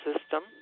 system